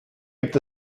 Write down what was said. gibt